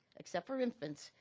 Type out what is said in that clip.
except for infants,